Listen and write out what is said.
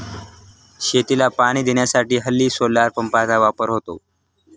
शेतीला पाणी देण्यासाठी हल्ली सोलार पंपचा वापर होतो